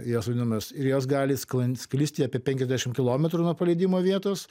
jos vadinamos ir jos gali sklan sklisti apie penkiasdešimt kilometrų nuo paleidimo vietos